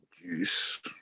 Juice